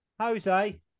Jose